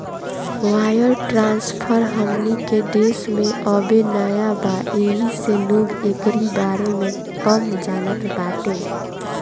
wire transfer हमनी के देश में अबे नया बा येही से लोग एकरी बारे में कम जानत बाटे